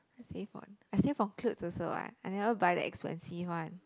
save on I save on clothes also what I never buy the expensive one